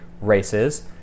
races